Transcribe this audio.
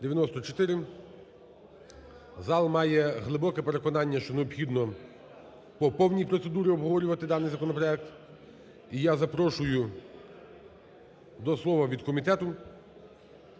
Зал має глибоке переконання, що необхідно по повній процедурі обговорювати даний законопроект. І я запрошую до слова від комітету